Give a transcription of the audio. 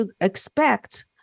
expect